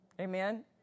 Amen